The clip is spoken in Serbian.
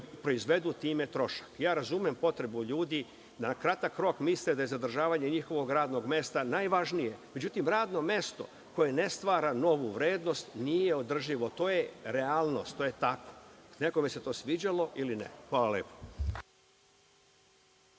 proizvedu time trošak. Razumem potrebu ljudi da na kratak rok misle da je zadržavanje njihovog radnog mesta najvažnije. Međutim, radno mesto koje ne stvara novu vrednost nije održivo. To je realnost, to je tako, nekome se to sviđalo ili ne. Hvala.